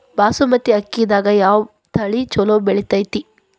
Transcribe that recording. ಬಾಸುಮತಿ ಅಕ್ಕಿದಾಗ ಯಾವ ತಳಿ ಛಲೋ ಬೆಳಿತೈತಿ?